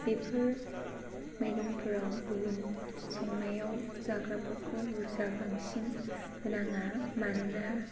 बेफोर मैगंफोराव गुबुन संनायाव जाग्राफोरखौ बुर्जा बांसिन होनाङा मानोना